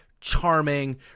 charming